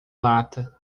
lata